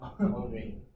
Okay